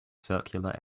circular